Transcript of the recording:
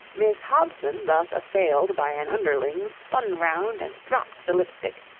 miss hobson thus assailed by an underling, spun round and dropped the lip-stick,